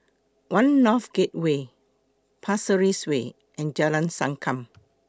one North Gateway Pasir Ris Way and Jalan Sankam